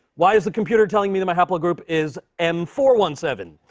why is the computer telling me that my haplogroup is m four one seven?